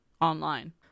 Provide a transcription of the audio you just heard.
online